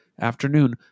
afternoon